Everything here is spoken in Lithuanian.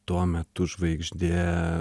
tuo metu žvaigždė